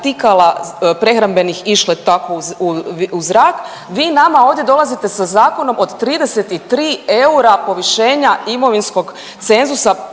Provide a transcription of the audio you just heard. artikala prehrambenih išle tako u zrak vi nama ovdje dolazite sa zakonom od 33 eura povišenja imovinskog cenzusa,